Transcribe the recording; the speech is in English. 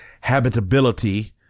habitability